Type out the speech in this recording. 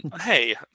Hey